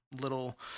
little